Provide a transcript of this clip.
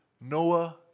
Noah